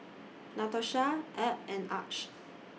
Natosha Ebb and Arch